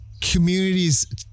communities